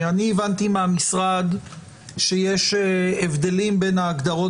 אני הבנתי מהמשרד שיש הבדלים בין ההגדרות